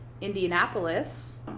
Indianapolis